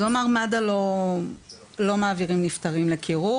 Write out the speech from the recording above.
הוא אמר שמד"א לא מעבירה נפטרים לקירור